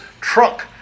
trunk